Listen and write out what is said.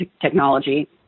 technology